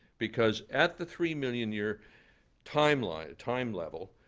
because at the three million year timeline, time level,